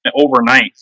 overnight